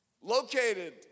located